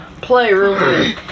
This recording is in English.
playroom